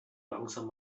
langsam